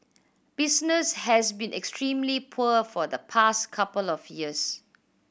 business has been extremely poor for the past couple of years